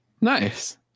Nice